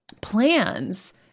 plans